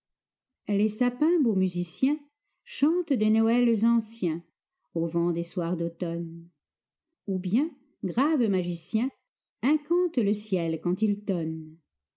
les sapins beaux musiciens chantent des noëls anciens au vent des soirs d'automne ou bien graves magiciens incantent le ciel quand il tonne